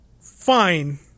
Fine